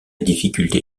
difficulté